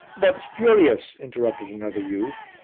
but spurious, interrupted another youth.